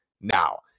Now